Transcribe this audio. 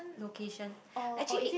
location actually